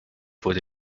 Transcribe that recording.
wurde